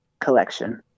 collection